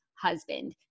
Husband